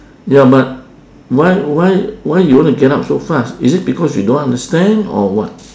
ya but why why why you wanna get up so fast is it because you don't understand or what